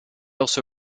also